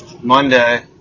Monday